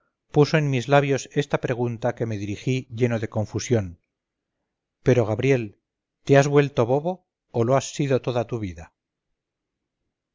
puso en mis labios esta pregunta que me dirigí lleno de confusión pero gabriel te has vuelto bobo o lo has sido toda tu vida